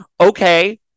Okay